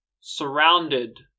surrounded